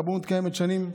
הרבנות קיימת שנים.